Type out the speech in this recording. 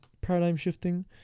paradigm-shifting